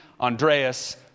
Andreas